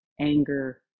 anger